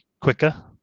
quicker